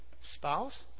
spouse